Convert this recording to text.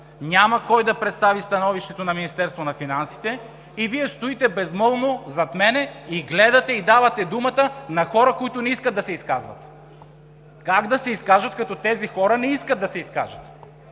Няма кой да представи становището на Министерството на финансите и Вие стоите безмълвно зад мен и гледате, и давате думата на хора, които не искат да се изказват. Как да се изкажат, като тези хора не искат да се изкажат?